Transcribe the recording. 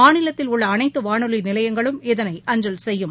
மாநிலத்தில் உள்ளஅனைத்துவானொலிநிலையங்களும் இதனை அஞ்சல் செய்யும்